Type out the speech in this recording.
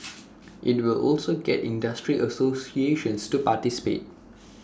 IT will also get industry associations to participate